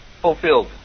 fulfilled